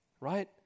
right